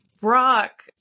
Brock